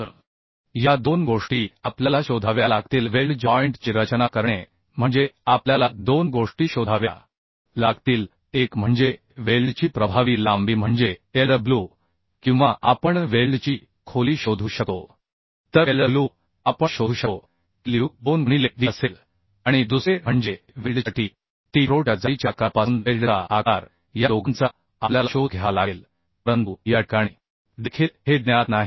तर या दोन गोष्टी आपल्याला शोधाव्या लागतील वेल्ड जॉइंट ची रचना करणे म्हणजे आपल्याला दोन गोष्टी शोधाव्या लागतील एक म्हणजे वेल्डची प्रभावी लांबी म्हणजे LW किंवा आपण वेल्डची खोली शोधू शकतो तर LW आपण शोधू शकतो की ल्यू 2 गुणिले D असेल आणि दुसरे म्हणजे वेल्डच्याT T थ्रोट च्या जाडीच्या आकारापासून वेल्डचा आकार या दोघांचा आपल्याला शोध घ्यावा लागेल परंतु या ठिकाणी देखील हे ज्ञात नाही